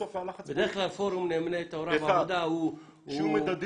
בדרך כלל פורום נאמני תורה ועבודה הוא פרקטי.